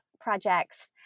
projects